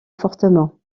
fortement